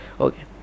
Okay